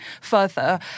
further